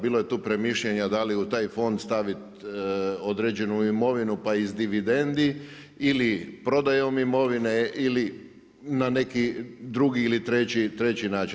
Bilo je tu premišljanja da li u taj fond stavit određenu imovinu, pa iz dividendi ili prodajom imovine ili na neki drugi ili treći način.